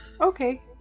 Okay